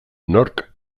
nork